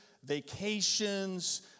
vacations